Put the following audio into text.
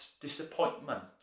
disappointment